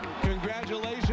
Congratulations